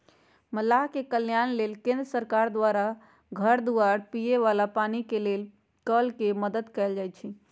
मलाह के कल्याण लेल केंद्र सरकार द्वारा घर दुआर, पिए बला पानी के लेल कल के मदद कएल जाइ छइ